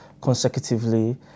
consecutively